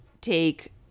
take